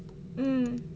mm